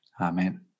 Amen